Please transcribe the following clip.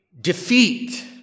defeat